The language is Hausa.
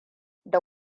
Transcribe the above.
da